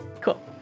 Cool